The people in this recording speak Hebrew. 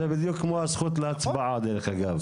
זה בדיוק כמו הזכות להצבעה דרך אגב,